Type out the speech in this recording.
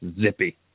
Zippy